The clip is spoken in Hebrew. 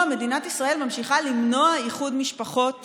מדינת ישראל ממשיכה למנוע איחוד משפחות